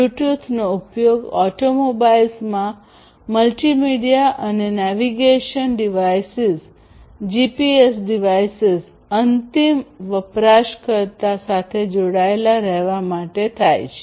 બ્લૂટૂથનો ઉપયોગ ઓટોમોબાઇલ્સમાં મલ્ટિમીડિયા અને નેવિગેશન ડિવાઇસીસ જીપીએસ ડિવાઇસીસ અંતિમ વપરાશકર્તા સાથે જોડાયેલા રહેવા માટે થાય છે